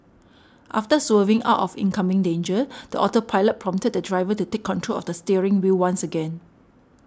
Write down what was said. after swerving out of incoming danger the autopilot prompted the driver to take control of the steering wheel once again